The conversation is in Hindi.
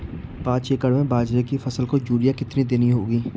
पांच एकड़ में बाजरे की फसल को यूरिया कितनी देनी होगी?